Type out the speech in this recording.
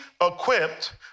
equipped